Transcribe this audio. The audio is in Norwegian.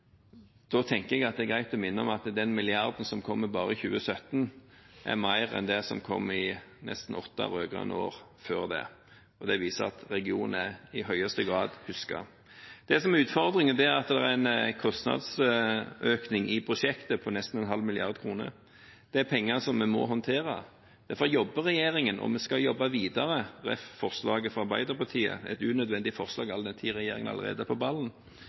Da tenker jeg det er greit å minne om at den milliarden som kommer bare i 2017, er mer enn det som kom i nesten åtte rød-grønne år før det. Det viser at regionen i høyeste grad er husket. Det som er utfordringen, er at det er en kostnadsøkning i prosjektet på nesten en halv milliard kroner. Det er penger vi må håndtere. Derfor jobber regjeringen, og vi skal jobbe videre med forslaget fra Arbeiderpartiet – et unødvendig forslag all den tid regjeringen allerede er på ballen.